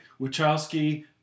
wachowski